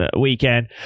weekend